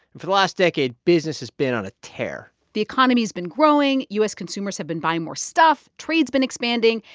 for the last decade, business has been on a tear the economy's been growing. u s. consumers have been buying more stuff. trade's been expanding.